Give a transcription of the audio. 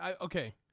Okay